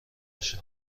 بشه